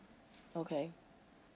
okay